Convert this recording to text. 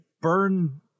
Burn